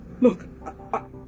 look